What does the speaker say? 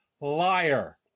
liar